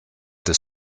des